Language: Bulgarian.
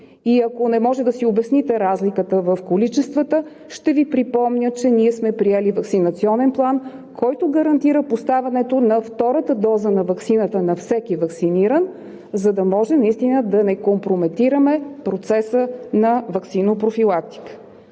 и ако не може да си обясните разликата в количествата, ще Ви припомня, че ние сме приели Ваксинационен план, който гарантира поставянето на втората доза на ваксината на всеки ваксиниран, за да може наистина да не компрометираме процеса на ваксиннопрофилактика.